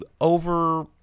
over